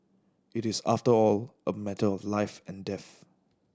it is after all a matter of life and death